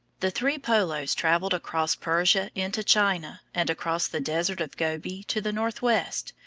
the three polos traveled across persia into china, and across the desert of gobi to the northwest,